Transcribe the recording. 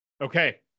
okay